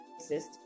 exist